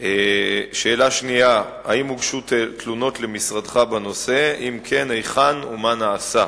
מושמעים בקול רם, שהופך למטרד ומפגע.